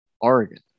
Oregon